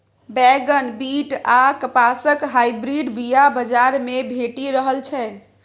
बैगन, बीट आ कपासक हाइब्रिड बीया बजार मे भेटि रहल छै